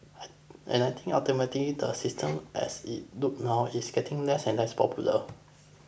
and I think ultimately the system as it look now is getting less and less popular